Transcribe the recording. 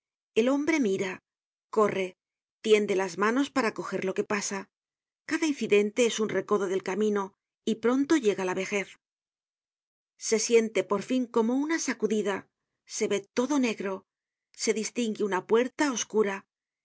el hombre mira corre tiende las manos para coger lo que pasa cada incidente es un recodo del camino y pronto llega la vejez se siente por fin como una sacudida se ve todo negro se distingue una puerta oscura